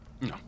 No